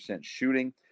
shooting